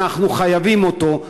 אנחנו חייבים אותו,